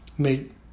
made